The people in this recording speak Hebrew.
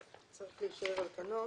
זרים, הוא צריך להישאר על כנו.